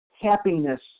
happiness